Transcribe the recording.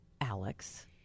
Alex